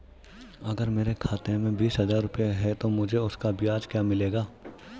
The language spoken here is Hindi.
अगर मेरे खाते में बीस हज़ार रुपये हैं तो मुझे उसका ब्याज क्या मिलेगा?